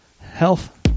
Health